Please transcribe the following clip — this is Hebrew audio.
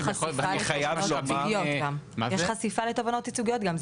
יש חשיפה לתובנות ייצוגיות גם.